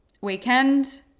weekend